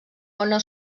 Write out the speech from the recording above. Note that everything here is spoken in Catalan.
ona